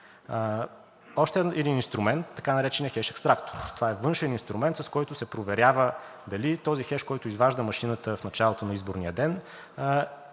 Още един инструмент – така нареченият хеш екстрактор. Това е външен инструмент, с който се проверява дали този хеш, който изважда машината в началото на изборния ден,